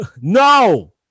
No